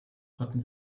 rotten